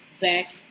back